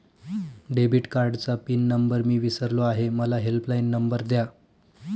debit कार्डचा pin number मी विसरलो आहे मला हेल्पलाइन नंबर द्या